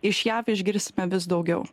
iš jav išgirsime vis daugiau